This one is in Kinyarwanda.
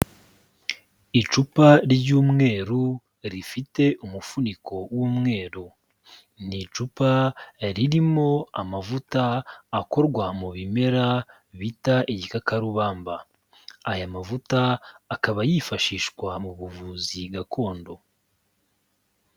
Icupa ry'umweru rifite umufuniko w'umweru, ni icupa ririmo amavuta akorwa mu bimera bita igikakarubamba, aya mavuta akaba yifashishwa mu buvuzi gakondo.